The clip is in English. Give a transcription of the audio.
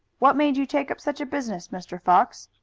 what made you take up such a business, mr. fox?